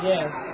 Yes